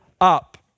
up